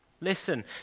Listen